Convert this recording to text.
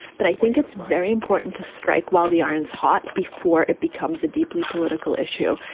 but i think it's very important to strike while the iron's hot before it becomes a deeply political issue,